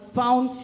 found